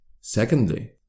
Secondly